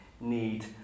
need